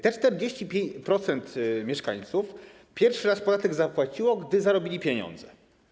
Te 40% mieszkańców pierwszy raz podatek zapłaciło, gdy zarobili pieniądze.